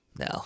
No